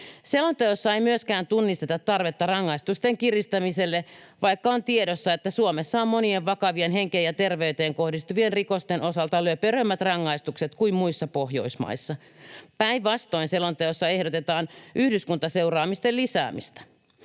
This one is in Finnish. Selonteossa ei myöskään tunnisteta tarvetta rangaistusten kiristämiselle, vaikka on tiedossa, että Suomessa on monien vakavien henkeen ja terveyteen kohdistuvien rikosten osalta löperömmät rangaistukset kuin muissa Pohjoismaissa. Päinvastoin selonteossa ehdotetaan yhdyskuntaseuraamusten lisäämistä.